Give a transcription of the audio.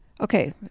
Okay